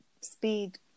speed